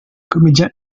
comédien